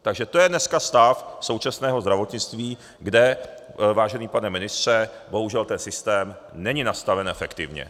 Takže to je dneska stav současného zdravotnictví, kde, vážený pane ministře, bohužel systém není nastaven efektivně.